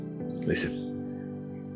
Listen